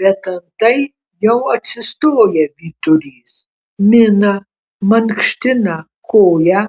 bet antai jau atsistoja vyturys mina mankština koją